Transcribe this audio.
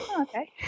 okay